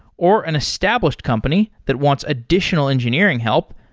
or an established company that wants additional engineering help,